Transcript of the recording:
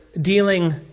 dealing